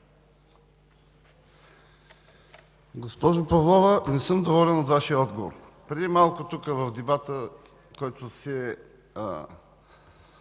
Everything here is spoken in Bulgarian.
Госпожо Павлова, не съм доволен от Вашия отговор. Преди малко в дебата, който беше